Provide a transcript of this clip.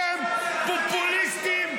אתם פופוליסטים.